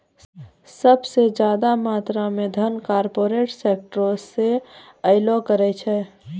सभ से ज्यादा मात्रा मे धन कार्पोरेटे सेक्टरो से अयलो करे छै